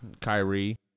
Kyrie